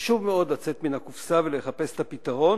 וחשוב מאוד לצאת מן הקופסה ולחפש את הפתרון,